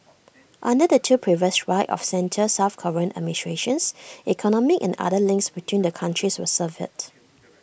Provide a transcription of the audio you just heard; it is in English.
under two previous right of centre south Korean administrations economic and other links between the countries were severed